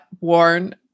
worn